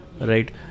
right